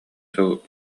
сыл